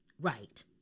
Right